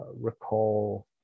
recall